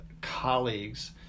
colleagues